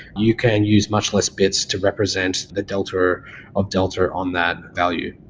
you can use much less bits to represent the delta of delta on that value.